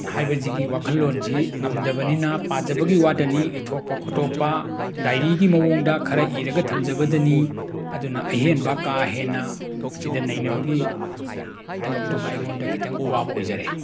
ꯍꯥꯏꯕꯁꯤꯒꯤ ꯋꯥꯈꯜꯂꯣꯟꯁꯤ ꯉꯝꯗꯕꯅꯤꯅ ꯄꯥꯖꯕꯒꯤ ꯋꯥꯗꯅꯤ ꯏꯊꯣꯛꯄ ꯈꯣꯇꯣꯛꯄ ꯗꯥꯏꯔꯤꯒꯤ ꯃꯑꯣꯡꯗ ꯈꯔ ꯏꯔꯒ ꯊꯝꯖꯕꯗꯅꯤ ꯑꯗꯨꯅ ꯑꯍꯦꯟꯕ ꯀꯥ ꯍꯦꯟꯅ ꯃꯁꯤꯗ ꯅꯩꯅꯕꯒꯤ ꯊꯕꯛꯇꯨꯃ ꯑꯩꯉꯣꯟꯗ ꯈꯤꯇꯪ ꯑꯋꯥꯕ ꯑꯣꯏꯖꯔꯦ